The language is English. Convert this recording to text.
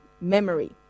memory